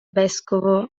vescovo